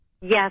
Yes